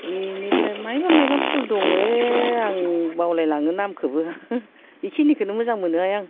बेनिफ्राय मायबा मायबा फुल दङ आं बावलाय लाङो नामखौबो बेखिनिखौनो मोजां मोनोहाय आं